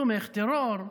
תומך טרור,